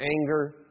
anger